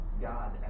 God